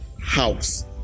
house